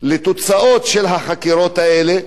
לתוצאות של החקירות האלה,